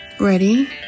ready